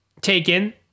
taken